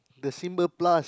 the symbol plus